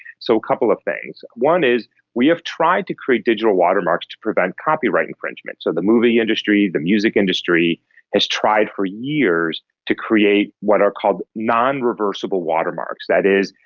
so a couple of things. one is we have tried to create digital watermarks to prevent copyright infringement. so the movie industry, the music industry has tried for years to create what are called non-reversible watermarks. that is,